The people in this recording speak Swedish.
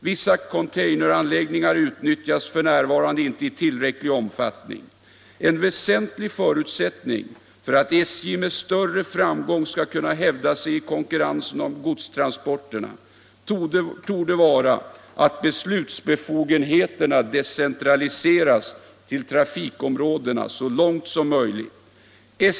Vissa containeranläggningar utnyttjas f. n. inte i tillräcklig omfattning. En väsentlig förutsättning för att SJ med större framgång skall kunna hävda sig i konkurrensen om godstransporterna torde vara att beslutsbefogenheterna decentraliseras till trafikområdena så långt som möjligt.